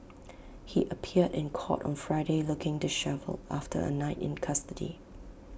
he appeared in court on Friday looking dishevelled after A night in custody